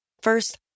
First